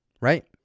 right